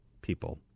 people